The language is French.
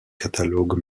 catalogue